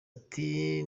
ati